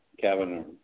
Kevin